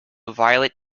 violet